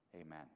amen